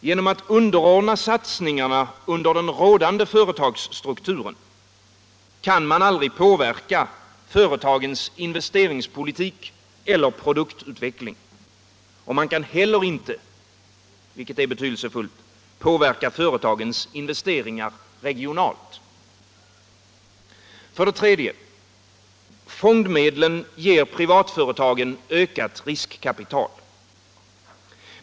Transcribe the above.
Genom att underordna satsningarna under rådande företagsstruktur — fondens fjärde kan man aldrig påverka företagens investeringspolitik eller produktut = fondstyrelses veckling. Man kan heller inte — vilket är betydelsefullt — påverka föverksamhet retagens investeringar regionalt. 3. Fondmedlen ger privatföretagen ökat riskkapital.